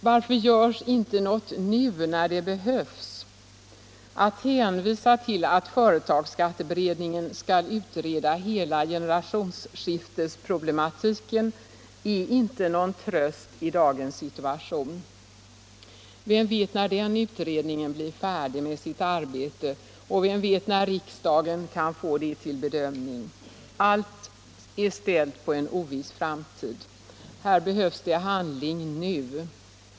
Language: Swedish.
Varför görs inte något nu när det behövs? Att hänvisa till att företagsskatteberedningen skall utreda hela generationsskiftesproblematiken är inte någon tröst i dagens situation. Vem vet när den utredningen blir färdig med sitt arbete och när riksdagen kan få det till bedömning? Allt är ställt på en oviss framtid. Här behövs handling nu.